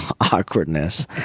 awkwardness